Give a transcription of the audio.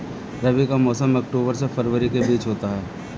रबी का मौसम अक्टूबर से फरवरी के बीच होता है